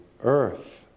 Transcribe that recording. earth